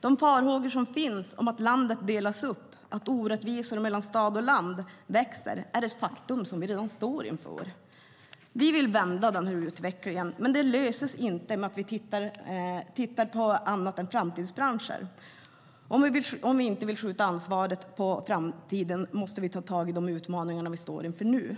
De farhågor som finns om att landet delas upp, att orättvisorna mellan stad och land växer, är redan ett faktum som vi står inför. Vi vill vända den utvecklingen, men det gör vi inte genom att titta på annat än framtidsbranscher. Om vi inte vill skjuta ansvaret på framtiden måste vi ta tag i de utmaningar som vi nu står inför.